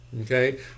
Okay